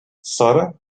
sara